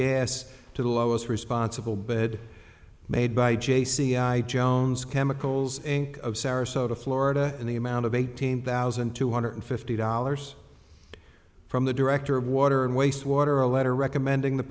gas to the lowest responsible bed made by j c i jones chemicals inc of sarasota florida in the amount of eighteen thousand two hundred fifty dollars from the director of water and waste water a letter recommending the